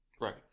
Right